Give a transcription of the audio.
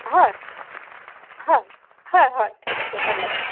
হয় হয় হয় হয় ঠিক আছে ধন্যবাদ ধন্যবাদ